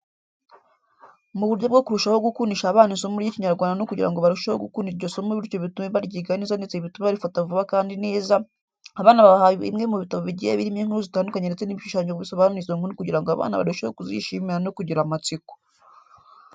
Mu buryo bwo kurushaho gukundisha abana isomo ry'Ikinyarwanda no kugira ngo barusheho gukunda iryo somo bityo bitume baryiga neza ndetse bitume barifata vuba kandi neza, abana babaha bimwe mu bitabo bigiye birimo inkuru zitandukanye ndetse n'ibishushanyo bisobanura izo nkuru kugira ngo abana barusheho kuzishimira no kugira amatsiko.